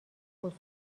خصوصی